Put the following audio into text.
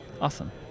Awesome